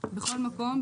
בכל מקום,